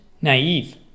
naive